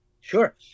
Sure